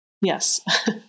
Yes